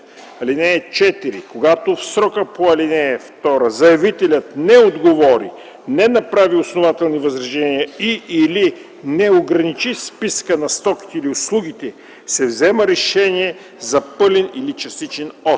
елемент. (4) Когато в срока по ал. 2 заявителят не отговори, не направи основателни възражения и/или не ограничи списъка на стоките или услугите, се взема решение за пълен или частичен отказ.